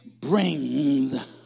brings